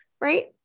Right